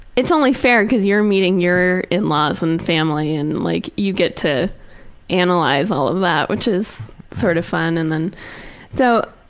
it's only fair because you're meeting your in-laws and family and like you get to analyze all of that, which is sort of fun. and so,